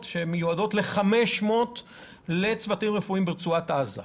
שמיועדות ל-500 אנשי צוותים רפואיים ברצועת עזה.